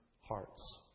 Hearts